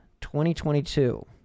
2022